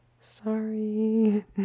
Sorry